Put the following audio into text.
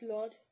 Lord